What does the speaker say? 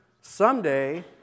someday